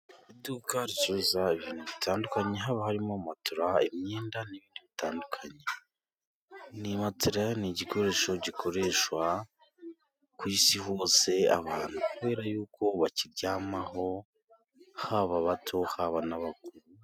Iduka ricuruza ibintu bitandukanye haba harimo motola imyenda n'ibindi bitandukanye. Matola ni igikoresho gikoreshwa ku Isi hose, abantu kubera y'uko bakiryamaho haba abato, haba n'abakuru.